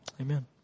Amen